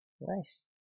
Nice